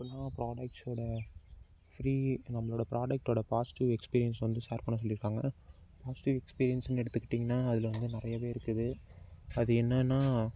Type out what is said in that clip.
நம்ம ப்ராடெக்ட்ஸோடய ஃபிரீ நம்மளோடய ப்ராடெக்ட்டோடய பாசிட்டிவ் எஸ்பீரியென்ஸ் வந்து ஷேர் பண்ண சொல்லியிருக்காங்க பாசிட்டிவ் எஸ்பீரியென்ஸ்னு எடுத்துக்கிட்டிங்கனால் அதில் வந்து நிறையவே இருக்குது அது என்னென்னால்